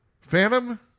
Phantom